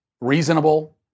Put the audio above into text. reasonable